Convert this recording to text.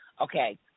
okay